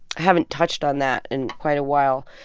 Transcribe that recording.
haven't touched on that in quite a while.